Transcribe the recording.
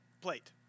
plate